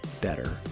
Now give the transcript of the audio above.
better